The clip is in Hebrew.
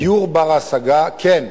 דיור בר-השגה, כן.